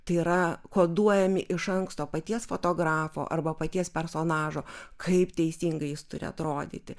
tai yra koduojami iš anksto paties fotografo arba paties personažo kaip teisingai jis turi atrodyti